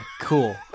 Cool